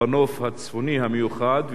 בנוף הצפוני המיוחד,